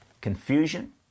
confusion